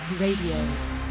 Radio